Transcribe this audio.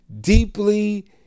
deeply